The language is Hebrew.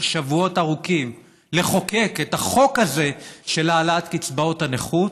שבועות ארוכים לחוקק את החוק הזה של העלאת קצבאות הנכות?